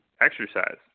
exercise